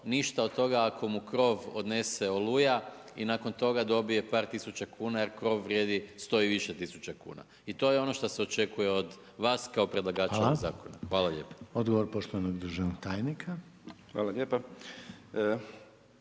ništa od toga, ako mu krov odnese oluja i nakon toga dobije par tisuća kuna, jer krov vrijedi sto i više tisuća kuna i to je ono što se očekuje od vas kao predlagača ovog zakona. Hvala lijepo. **Reiner, Željko (HDZ)** Hvala odgovor